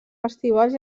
festivals